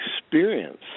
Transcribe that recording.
experience